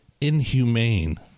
inhumane